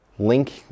link